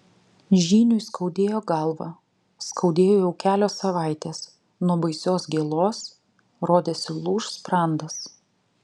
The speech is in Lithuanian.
žyniui skaudėjo galvą skaudėjo jau kelios savaitės nuo baisios gėlos rodėsi lūš sprandas